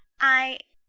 i.